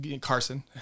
carson